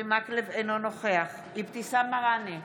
אינו נוכח אבתיסאם מראענה,